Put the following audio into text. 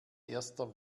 erster